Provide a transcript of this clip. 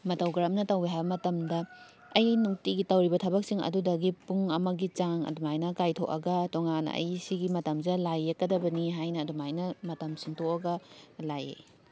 ꯃꯇꯧ ꯀꯔꯝꯅ ꯇꯧꯏ ꯍꯥꯏꯕ ꯃꯇꯝꯗ ꯑꯩꯅ ꯅꯨꯡꯇꯤꯒꯤ ꯇꯧꯔꯤꯕ ꯊꯕꯛꯁꯤꯡ ꯑꯗꯨꯗꯒꯤ ꯄꯨꯡ ꯑꯃꯒꯤ ꯆꯥꯡ ꯑꯗꯨꯃꯥꯏꯅ ꯀꯥꯏꯊꯣꯛꯑꯒ ꯇꯣꯉꯥꯟꯅ ꯑꯩ ꯁꯤꯒꯤ ꯃꯇꯝꯁꯦ ꯂꯥꯏ ꯌꯦꯛꯀꯗꯕꯅꯤ ꯍꯥꯏꯅ ꯑꯗꯨꯃꯥꯏꯅ ꯃꯇꯝ ꯁꯤꯟꯗꯣꯛꯑꯒ ꯂꯥꯏ ꯌꯦꯛꯏ